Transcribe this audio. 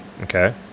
okay